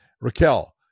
Raquel